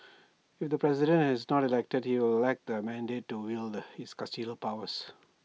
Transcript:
if the president is not elected he will lack the mandate to wield his custodial powers